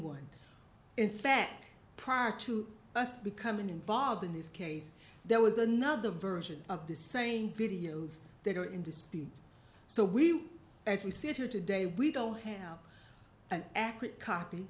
wind in fact prior to us becoming involved in this case there was another version of the same videos that are in dispute so we as we sit here today we don't have an accurate copy